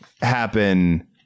happen